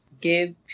give